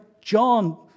John